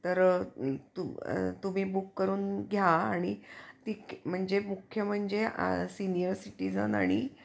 तर तु तुम्ही बुक करून घ्या आणि ती म्हणजे मुख्य म्हणजे सिनियर सिटीजन आणि